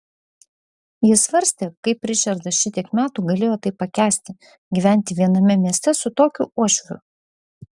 jis svarstė kaip ričardas šitiek metų galėjo tai pakęsti gyventi viename mieste su tokiu uošviu